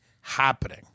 happening